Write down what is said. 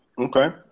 Okay